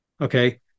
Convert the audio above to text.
Okay